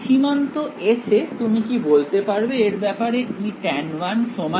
সীমান্ত S এ তুমি কি বলতে পারবে এর ব্যাপারে Etan1 Etan2